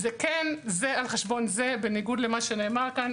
זה כן זה על חשבון זה, בניגוד למה שנאמר כאן.